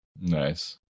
nice